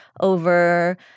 over